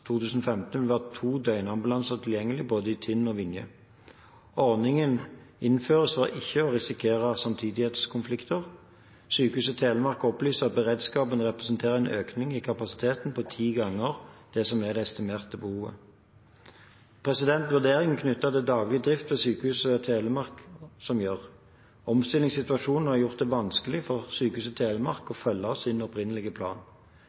2015 vil være to døgnambulanser tilgjengelig både i Tinn og i Vinje. Ordningen innføres for ikke å risikere samtidighetskonflikter. Sykehuset Telemark opplyser at beredskapen representerer en økning i kapasiteten på ti ganger det som er det estimerte behovet. Vurderingen knyttet til daglig drift er det Sykehuset Telemark som gjør. Omstillingssituasjonen har gjort det vanskelig for Sykehuset Telemark å følge sin opprinnelige plan.